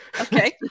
Okay